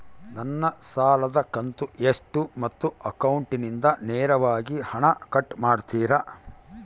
ನನ್ನ ಸಾಲದ ಕಂತು ಎಷ್ಟು ಮತ್ತು ಅಕೌಂಟಿಂದ ನೇರವಾಗಿ ಹಣ ಕಟ್ ಮಾಡ್ತಿರಾ?